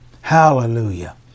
Hallelujah